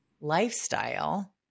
lifestyle